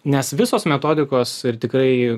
nes visos metodikos ir tikrai